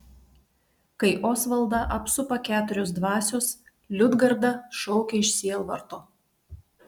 kai osvaldą apsupa keturios dvasios liudgarda šaukia iš sielvarto